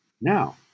now